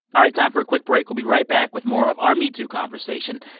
all right. time for a quick break. we'll be right back with more of our metoo conversation,